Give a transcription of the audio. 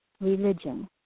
religion